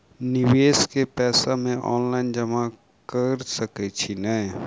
निवेश केँ पैसा मे ऑनलाइन जमा कैर सकै छी नै?